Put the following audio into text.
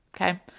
okay